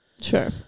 Sure